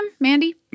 Mandy